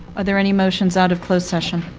are there any motions out of closed session?